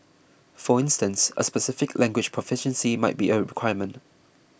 for instance a specific language proficiency might be a requirement